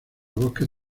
bosques